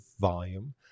volume